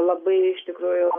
labai iš tikrųjų